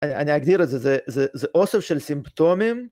‫אני אגדיר את זה, ‫זה אוסף של סימפטומים.